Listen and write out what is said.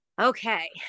Okay